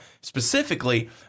specifically